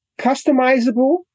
customizable